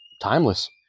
timeless